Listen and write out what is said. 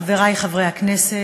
חברי חברי הכנסת,